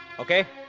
okay?